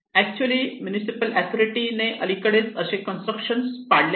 actually municipal authority अलीकडेच असे construction पाडले आहे